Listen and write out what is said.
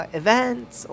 events